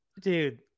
Dude